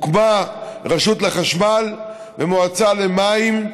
הוקמה רשות חשמל ומועצה למים,